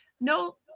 no